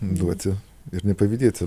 duoti ir nepavydėti